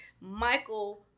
Michael